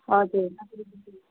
हजुर